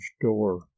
door